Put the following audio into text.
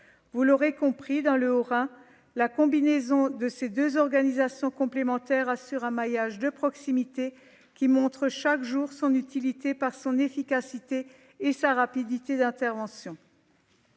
Vous l'aurez compris, dans le Haut-Rhin, la combinaison de ces deux organisations complémentaires assure un maillage de proximité qui démontre chaque jour son utilité, grâce à son efficacité et à sa rapidité d'intervention.